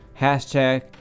hashtag